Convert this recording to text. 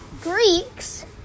Greeks